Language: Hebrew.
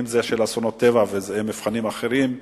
אם של אסונות טבע ואם מבחנים אחרים,